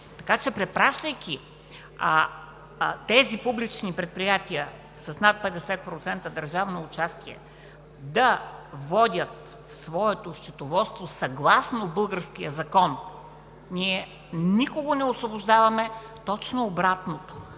Така че, препращайки тези публични предприятия с над 50% държавно участие да водят своето счетоводство съгласно българския Закон, ние не освобождаваме никого, а точно обратното